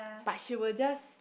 but she would just